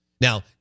now